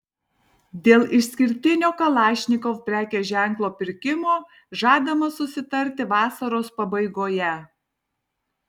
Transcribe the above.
dėl išskirtinio kalašnikov prekės ženklo pirkimo žadama susitarti vasaros pabaigoje